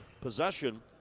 possession